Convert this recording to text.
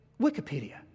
Wikipedia